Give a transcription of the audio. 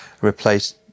replace